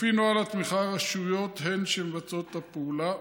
לפי נוהל התמיכה, הרשויות הן שמבצעות את הפעולה,